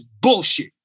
bullshit